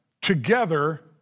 together